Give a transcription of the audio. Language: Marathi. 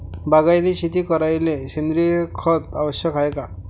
बागायती शेती करायले सेंद्रिय खत आवश्यक हाये का?